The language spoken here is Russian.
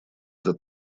это